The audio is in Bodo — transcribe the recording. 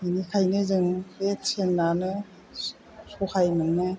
बेनिखायनो जों बे ट्रेनानो सहाय मोनो